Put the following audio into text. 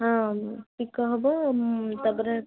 ହଁ ପିକୋ ହବ ତା'ପରେ